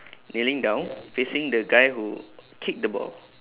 kneeling down facing the guy who kick the ball